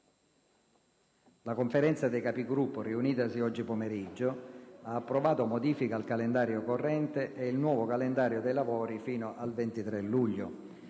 la Conferenza dei Capigruppo, riunitasi oggi pomeriggio, ha approvato modifiche al calendario corrente e il nuovo calendario dei lavori fino al 23 luglio.